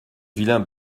vilain